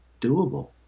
doable